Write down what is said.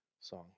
song